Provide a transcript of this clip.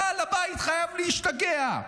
בעל הבית חייב להשתגע,